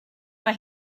mae